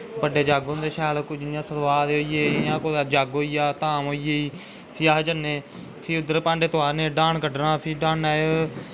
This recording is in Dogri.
बड्डे जग होंदे शैल जियां सतवाह् दे होईये जग होईये धाम होई फ्ही अस जन्ने फ्ही उध्दर डाह्न कड्डना फ्ही डाह्ना च